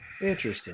Interesting